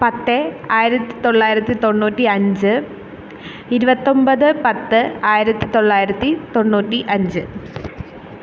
പത്ത് ആയിരത്തി തൊള്ളായിരത്തി തൊണ്ണൂറ്റി അഞ്ച് ഇരുപത്തൊമ്പത് പത്ത് ആയിരത്തി തൊള്ളായിരത്തി തൊണ്ണൂറ്റി അഞ്ച്